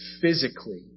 physically